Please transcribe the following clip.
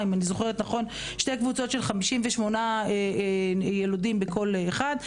שתי קבוצות של 58 ילודים בכל אחד,